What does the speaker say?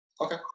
Okay